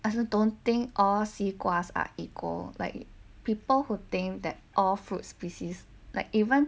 I also don't think all 西瓜 are equal like people who think that all fruit species like even